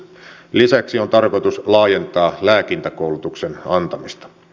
lisäksi on tarkoitus laajentaa lääkintäkoulutuksen antamista